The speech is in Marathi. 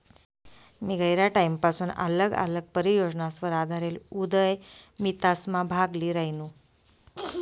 मी गयरा टाईमपसून आल्लग आल्लग परियोजनासवर आधारेल उदयमितासमा भाग ल्ही रायनू